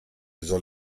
soll